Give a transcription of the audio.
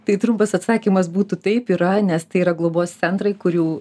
tai trumpas atsakymas būtų taip yra nes tai yra globos centrai kurių